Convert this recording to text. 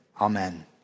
amen